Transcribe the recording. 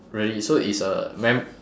really so it's a mem~